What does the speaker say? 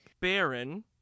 Baron